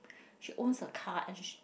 she owns a car and she